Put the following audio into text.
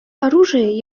оружие